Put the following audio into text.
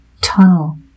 tunnel